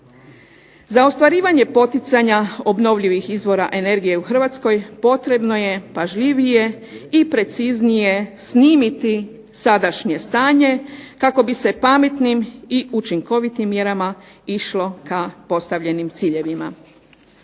Za ostvarivanje poticanja obnovljivih izvora energije u Hrvatskoj potrebno je pažljivije i preciznije snimiti sadašnje stanje kako bi se pametnim i učinkovitim mjerama išlo ka postavljenim ciljevima.